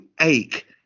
ache